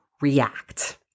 react